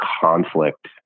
conflict